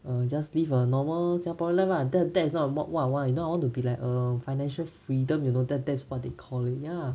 err just live a normal singaporean life ah that's that's not what I want you know I want to be like err financial freedom you know that that's what they call it ya